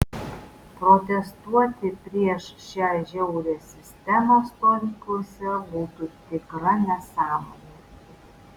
protestuoti prieš šią žiaurią sistemą stovyklose būtų tikra nesąmonė